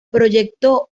proyectó